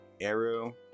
Arrow